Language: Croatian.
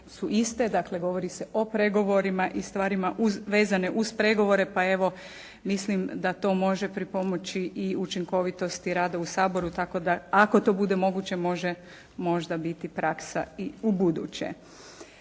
su iste. Dakle, govori se o pregovorima i stvarima vezane uz pregovore, pa evo mislim da to može pripomoći i učinkovitosti rada u Saboru tako da ako to bude moguće može možda biti praksa i u buduće.